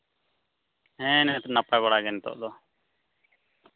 ᱦᱮᱸ ᱱᱤᱛ ᱱᱟᱯᱟᱭ ᱵᱟᱲᱟ ᱜᱮ ᱱᱤᱛᱳᱜ ᱫᱚ